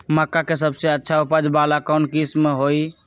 मक्का के सबसे अच्छा उपज वाला कौन किस्म होई?